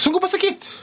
sunku pasakyt